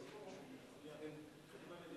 כלומר,